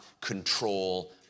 control